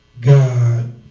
God